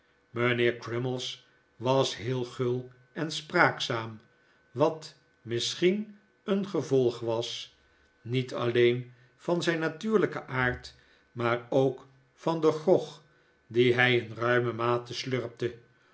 mijnheer crummies was heel gul en spraakzaam wat misschien een gevolg was niet alleen van zijn natuurlijken aard maar ook van den grog dien hij in ruime mate slurpte